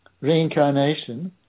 Reincarnation